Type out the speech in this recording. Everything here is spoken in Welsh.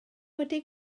wedi